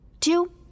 Two